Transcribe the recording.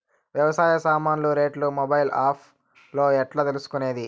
వ్యవసాయ సామాన్లు రేట్లు మొబైల్ ఆప్ లో ఎట్లా తెలుసుకునేది?